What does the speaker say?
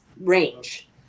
range